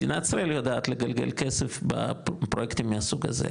מדינת ישראל יודעת לגלגל כסף בפרויקטים מהסוג הזה,